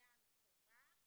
בגן חובה